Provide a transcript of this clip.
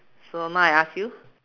so now I ask you